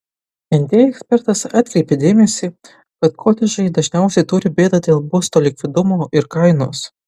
nt ekspertas atkreipė dėmesį kad kotedžai dažniausiai turi bėdą dėl būsto likvidumo ir kainos